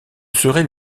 serait